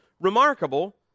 remarkable